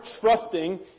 trusting